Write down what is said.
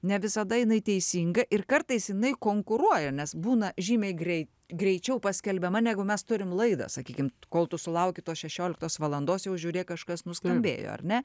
ne visada jinai teisinga ir kartais jinai konkuruoja nes būna žymiai grei greičiau paskelbiama negu mes turim laidą sakykim kol tu sulauki tos šešioliktos valandos jau žiūrėk kažkas nuskambėjo ar ne